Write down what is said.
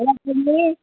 हलो सुम्नी